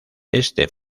este